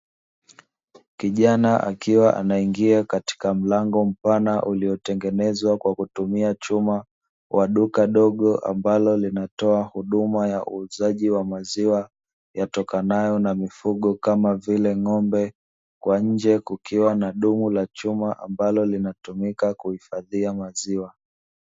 Kijana akiwa anaingia katika mlango mpana uliotengenezwa kwa kutumia chuma, wa duka dogo ambalo linatoa huduma ya uuzaji wa maziwa, yatokanayo na mifugo kama vile ng'ombe, kwa nje kukiwa na dumu la chuma ambalo linatumika kuhifadhia maziwa.